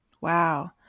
Wow